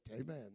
Amen